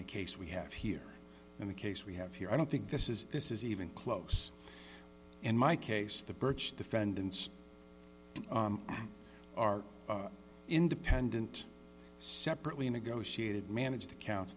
the case we have here in the case we have here i don't think this is this is even close in my case the birch defendants are independent separately negotiated managed accounts